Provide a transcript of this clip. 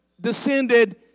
descended